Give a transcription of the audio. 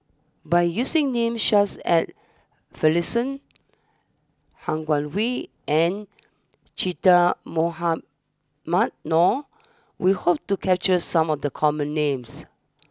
by using names such as Finlayson Han Guangwei and Che Dah Mohamed Noor we hope to capture some of the common names